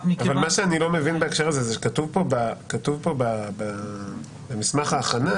מה שאני לא מבין זה שנאמר במסמך ההכנה